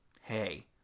hey